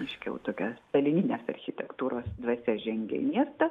reiškia jau tokia stalininės architektūros dvasia žengia į miestą